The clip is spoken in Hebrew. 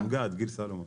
סמג"ד, גיל סלומון.